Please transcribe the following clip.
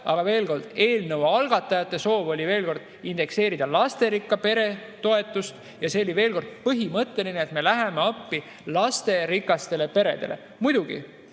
veel kord: eelnõu algatajate soov oli indekseerida lasterikka pere toetust. See oli, veel kord, põhimõtteline eesmärk, et me läheme appi lasterikastele peredele. Muidugi,